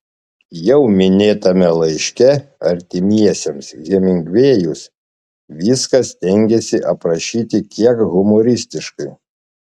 jau minėtame laiške artimiesiems hemingvėjus viską stengėsi aprašyti kiek humoristiškai